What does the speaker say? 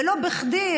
ולא בכדי,